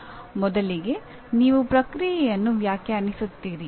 ಮೊದಲಿಗೆ ನೀವು ಪ್ರಕ್ರಿಯೆಯನ್ನು ವ್ಯಾಖ್ಯಾನಿಸುತ್ತೀರಿ